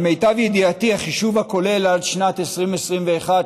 למיטב ידיעתי החישוב הכולל עד שנת 2021,